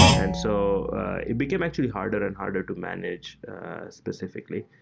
and so it became actually harder and harder to manage specifically.